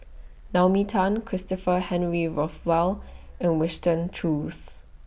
Naomi Tan Christopher Henry Rothwell and Winston Choos